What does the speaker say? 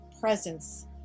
presence